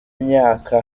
myaka